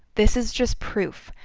this is just proof.